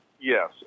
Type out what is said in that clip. Yes